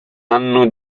anno